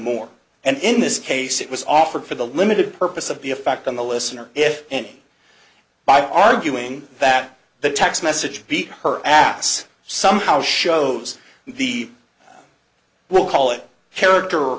more and in this case it was offered for the limited purpose of the effect on the listener if any by arguing that the text message beat her ass somehow shows the well call it character